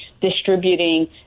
distributing